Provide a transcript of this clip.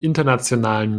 internationalen